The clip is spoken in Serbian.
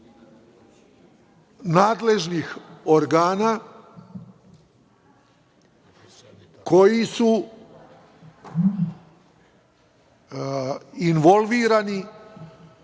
nadležnih organa koji su involvirani